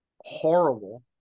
horrible